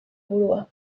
burua